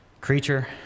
Creature